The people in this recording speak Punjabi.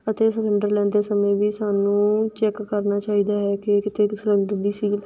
ਅਤੇ ਸਿਲੰਡਰ ਲੈਂਦੇ ਸਮੇਂ ਵੀ ਸਾਨੂੰ ਚੈੱਕ ਕਰਨਾ ਚਾਹੀਦਾ ਹੈ ਕਿ ਕਿਤੇ ਸਿਲੰਡਰ ਦੀ ਸੀਲ